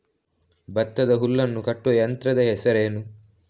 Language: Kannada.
ಭತ್ತದ ಹುಲ್ಲನ್ನು ಕಟ್ಟುವ ಯಂತ್ರದ ಹೆಸರೇನು?